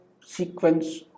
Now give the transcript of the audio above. sequence